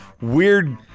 weird